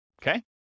okay